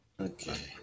Okay